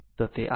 તો તે r છે